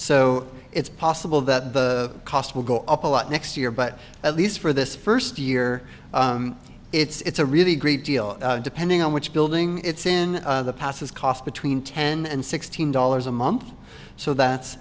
so it's possible that the cost will go up a lot next year but at least for this first year it's a really great deal depending on which building it's in the past has cost between ten and sixteen dollars a month so that